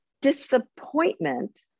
disappointment